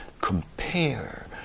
compare